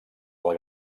del